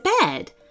bed